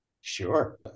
Sure